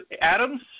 Adams